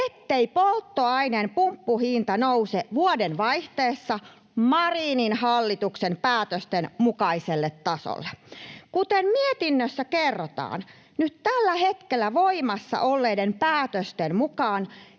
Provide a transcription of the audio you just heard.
ettei polttoaineen pumppuhinta nouse vuodenvaihteessa Marinin hallituksen päätösten mukaiselle tasolle. Kuten mietinnössä kerrotaan, nyt tällä hetkellä voimassa olleiden päätösten mukaan